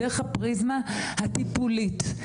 דרך הפריזמה הטיפולית.